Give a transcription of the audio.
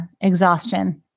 exhaustion